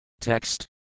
Text